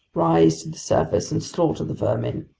rise to the surface and slaughter the vermin.